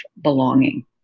belonging